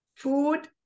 Food